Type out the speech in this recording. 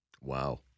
Wow